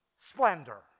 splendor